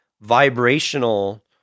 vibrational